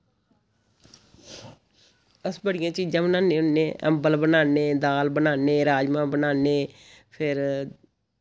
अस बड़ियां चीजां बनान्ने होन्ने अम्बल बनान्ने दाल बनान्ने राजमा बनान्ने फिर